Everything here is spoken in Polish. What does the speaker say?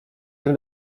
tym